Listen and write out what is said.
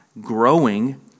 growing